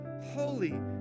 holy